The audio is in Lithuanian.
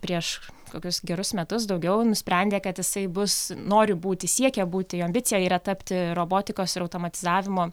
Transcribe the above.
prieš kokius gerus metus daugiau nusprendė kad jisai bus nori būti siekia būti jo ambicija yra tapti robotikos ir automatizavimo